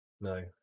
No